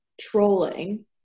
trolling